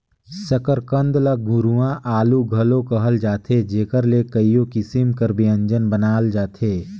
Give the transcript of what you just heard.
सकरकंद ल गुरूवां आलू घलो कहल जाथे जेकर ले कइयो किसिम कर ब्यंजन बनाल जाथे